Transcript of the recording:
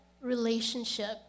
relationship